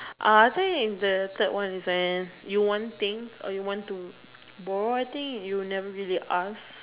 uh I think the third one is when you want thing or you want to borrow a thing you never really ask